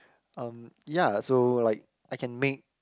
um ya so like I can make